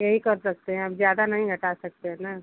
यही कर सकते हैं अब ज़्यादा नहीं घटा सकते हैं ना